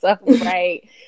Right